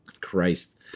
Christ